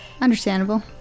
understandable